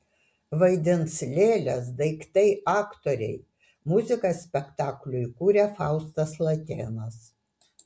vaidins lėlės daiktai aktoriai muziką spektakliui kuria faustas latėnas